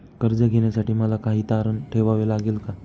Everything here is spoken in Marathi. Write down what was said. कर्ज घेण्यासाठी मला काही तारण ठेवावे लागेल का?